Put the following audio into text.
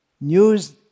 News